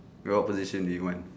rob position do you want